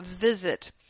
visit